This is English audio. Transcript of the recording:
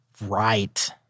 right